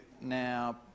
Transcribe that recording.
now